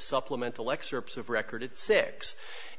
supplemental excerpts of record six